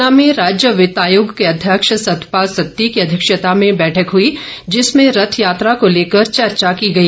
ऊना में राज्य वित्तायोग के अध्यक्ष सतपाल सत्ती की अध्यक्षता में बैठक हुई जिसमें रथ यात्रा को लेकर चर्चा हुई